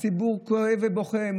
הציבור כואב ובוכה,